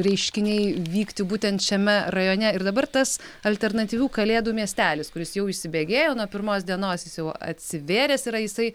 reiškiniai vykti būtent šiame rajone ir dabar tas alternatyvių kalėdų miestelis kuris jau įsibėgėjo nuo pirmos dienos jis jau atsivėręs yra jisai